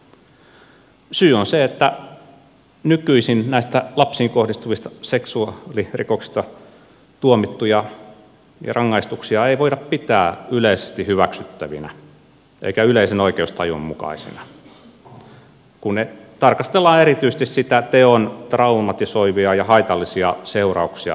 syy on se että nykyisin näistä lapsiin kohdistuvista seksuaalirikoksista tuomittuja rangaistuksia ei voida pitää yleisesti hyväksyttävinä eikä yleisen oikeustajun mukaisina kun tarkastellaan erityisesti teon traumatisoivia ja haitallisia seurauksia uhrille